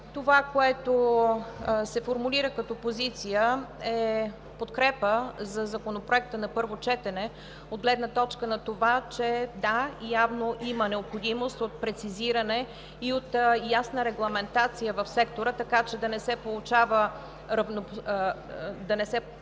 Това, което се формулира като позиция, е подкрепа на Законопроекта на първо четене от гледна точка на това, че – да, явно има необходимост от прецизиране и от ясна регламентация в сектора, така че да не се получава различен